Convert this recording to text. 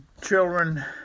children